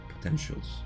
potentials